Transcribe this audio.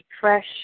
fresh